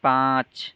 پانچ